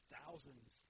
thousands